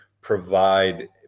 provide